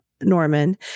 Norman